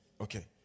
Okay